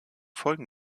folgen